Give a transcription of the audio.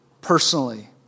personally